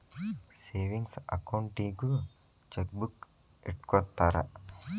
savings ಅಕೌಂಟಿಗೂ chequebook ಇಟ್ಟ್ಕೊತ್ತರ